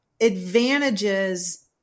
advantages